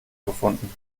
gefunden